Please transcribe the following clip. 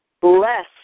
bless